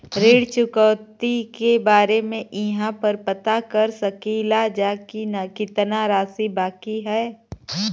ऋण चुकौती के बारे इहाँ पर पता कर सकीला जा कि कितना राशि बाकी हैं?